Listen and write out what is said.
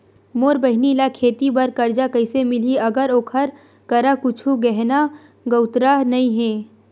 मोर बहिनी ला खेती बार कर्जा कइसे मिलहि, अगर ओकर करा कुछु गहना गउतरा नइ हे?